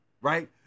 right